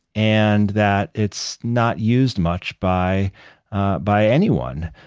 and that it's not used much by by anyone.